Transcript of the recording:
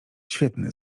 świetny